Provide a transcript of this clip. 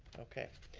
okay,